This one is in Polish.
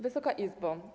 Wysoka Izbo!